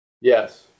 Yes